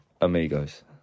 amigos